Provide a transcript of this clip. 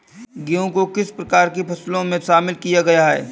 गेहूँ को किस प्रकार की फसलों में शामिल किया गया है?